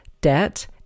debt